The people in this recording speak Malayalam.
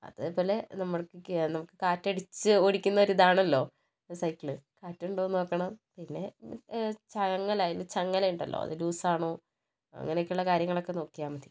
അതേപോലെ നമ്മൾക്ക് കാറ്റടിച്ച് ഓടിക്കുന്ന ഒരിതാണല്ലോ ഈ സൈക്കിൾ കാറ്റുണ്ടോന്ന് നോക്കണം പിന്നെ ചങ്ങല അതിൽ ചങ്ങല ഉണ്ടല്ലോ അത് ലൂസാണോ അങ്ങനെയൊക്കെയുള്ള കാര്യങ്ങളൊക്കെ നോക്കിയാൽ മതി